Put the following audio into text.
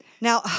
Now